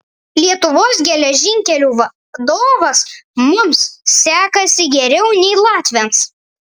lietuvos geležinkelių vadovas mums sekasi geriau nei latviams